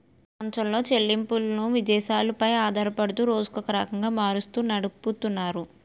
ప్రపంచంలో చెల్లింపులను విదేశాలు పై ఆధారపడుతూ రోజుకో రకంగా మారుస్తూ నడిపితున్నారు